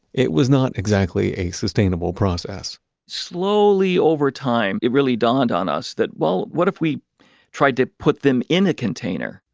it was not exactly a sustainable process slowly, over time, it really dawned on us that, well, what if we tried to put them in a container?